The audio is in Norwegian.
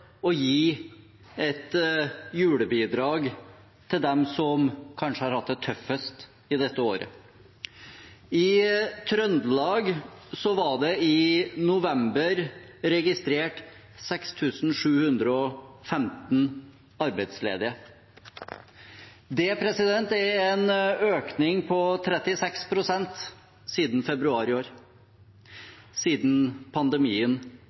å gi et julebidrag til dem som kanskje har hatt det tøffest dette året. I Trøndelag var det i november registrert 6 715 arbeidsledige. Det er en økning på 36 pst. siden februar i år – siden pandemien